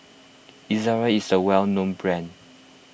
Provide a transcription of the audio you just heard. Ezerra is a well known brand